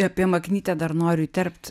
apie maknytę dar noriu įterpt